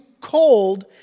cold